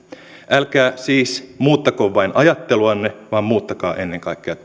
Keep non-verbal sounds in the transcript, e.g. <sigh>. älkää siis muuttako vain ajatteluanne vaan muuttakaa ennen kaikkea <unintelligible>